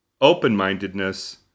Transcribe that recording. open-mindedness